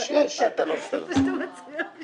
נא לספור את הקולות.